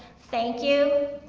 thank you.